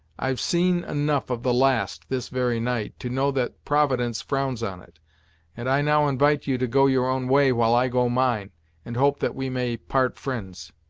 i've seen enough of the last, this very night, to know that providence frowns on it and i now invite you to go your own way, while i go mine and hope that we may part fri'nds.